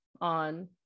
on